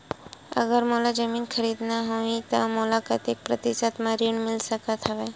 अगर मोला जमीन खरीदना होही त मोला कतेक प्रतिशत म ऋण मिल सकत हवय?